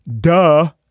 Duh